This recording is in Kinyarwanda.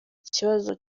ikibazo